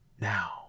Now